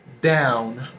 down